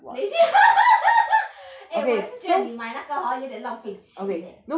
lazy eh 我也是觉得你买那个 hor 有一点浪费钱 eh